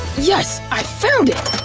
yes! i found it!